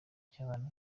icy’abana